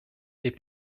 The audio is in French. est